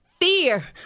fear